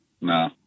No